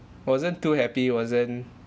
wasn't too happy wasn't